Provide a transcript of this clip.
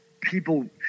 people